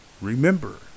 Remember